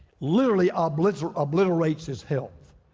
literally obliterates obliterates his health.